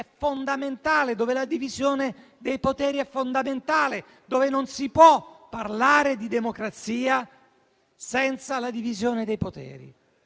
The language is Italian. è fondamentale, dove la divisione dei poteri è fondamentale e dove non si può parlare di democrazia senza la divisione dei poteri?